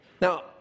Now